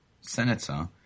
senator